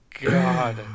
God